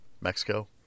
Mexico